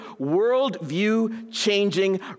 worldview-changing